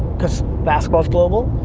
cause basketball's global,